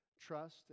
trust